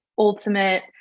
ultimate